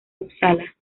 upsala